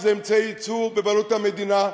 שזה אמצעי ייצור בבעלות המדינה,